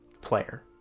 player